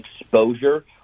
exposure